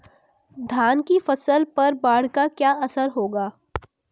धान की फसल पर बाढ़ का क्या असर होगा?